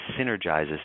synergizes